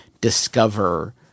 discover –